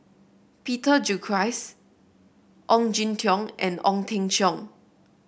Peter Gilchrist Ong Jin Teong and Ong Teng Cheong